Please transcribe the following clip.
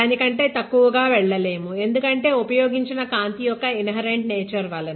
దానికంటే తక్కువ గా వెళ్లలేము ఎందుకంటే ఉపయోగించిన కాంతి యొక్క ఇన్హెరెంట్ నేచర్ వలన